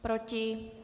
Proti?